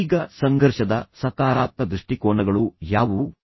ಈಗ ಸಂಘರ್ಷದ ಸಕಾರಾತ್ಮಕ ದೃಷ್ಟಿಕೋನಗಳು ಯಾವುವು